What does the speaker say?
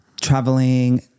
traveling